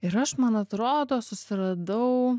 ir aš man atrodo susiradau